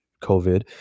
COVID